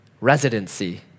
residency